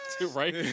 right